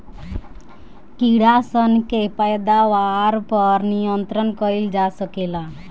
कीड़ा सन के पैदावार पर नियंत्रण कईल जा सकेला